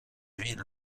villes